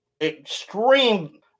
extreme